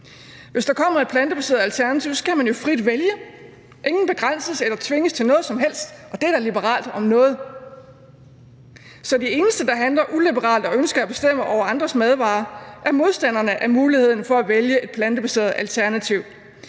Hvis der kommer et plantebaseret alternativ, kan man jo frit vælge. Ingen begrænses eller tvinges til noget som helst, og det er da liberalt om noget. Så de eneste, der handler uliberalt og ønsker at bestemme over andres madvarer, er modstanderne af muligheden for at vælge et plantebaseret alternativ.